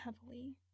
heavily